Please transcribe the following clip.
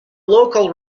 local